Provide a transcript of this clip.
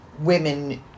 women